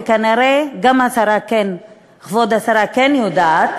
וכנראה גם כבוד השרה כן יודעת